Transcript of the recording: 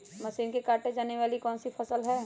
Machine से काटे जाने वाली कौन सी फसल है?